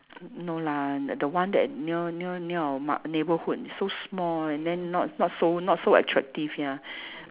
n~ no lah the the one that near near near our mart neighborhood is so small and then not not so not so attractive ya